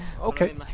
Okay